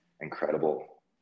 incredible